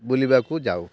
ବୁଲିବାକୁ ଯାଉ